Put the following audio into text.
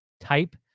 type